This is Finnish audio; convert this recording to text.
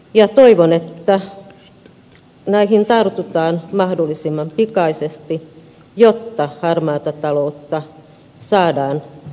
toivon että näihin tartutaan mahdollisimman pikaisesti jotta harmaata taloutta saadaan estettyä